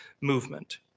movement